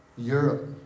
Europe